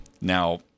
Now –